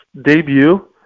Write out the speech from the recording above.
debut